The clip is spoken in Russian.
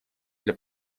для